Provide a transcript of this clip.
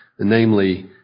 namely